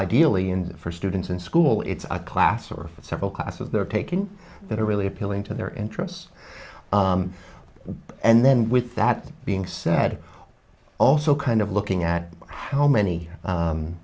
ideally and for students in school it's a class or several classes that are taken that are really appealing to their interests and then with that being said also kind of looking at how many